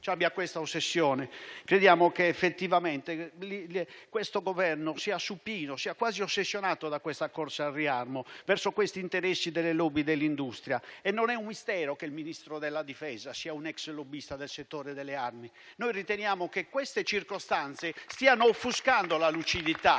tali armi. Crediamo effettivamente che questo Governo sia supino, quasi ossessionato dalla corsa al riarmo, verso questi interessi delle *lobby* dell'industria. Non è un mistero che il Ministro della difesa sia un ex lobbista del settore delle armi. Noi riteniamo che queste circostanze siano offuscando la lucidità